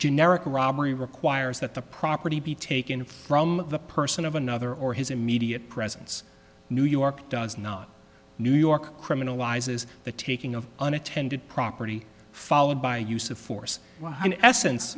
generic or robbery requires that the property be taken from the person of another or his immediate presence new york does not new york criminalizes the taking of unintended property followed by use of force essence